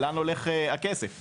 לאן הולך הכסף.